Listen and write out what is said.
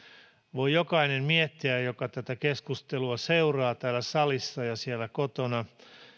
voi jokainen miettiä joka tätä keskustelua seuraa täällä salissa ja siellä kotona